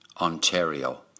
Ontario